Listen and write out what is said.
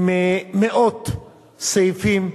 עם מאות סעיפים,